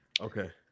okay